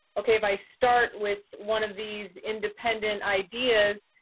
okay, if i start with one of these independent ideas,